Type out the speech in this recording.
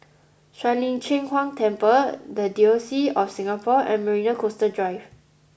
Shuang Lin Cheng Huang Temple The Diocese of Singapore and Marina Coastal Drive